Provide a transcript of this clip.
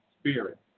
spirit